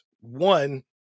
One